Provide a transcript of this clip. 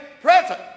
present